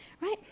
right